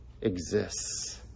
exists